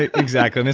ah exactly.